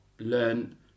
learn